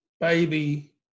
baby